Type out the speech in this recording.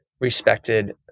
respected